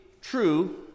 true